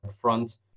front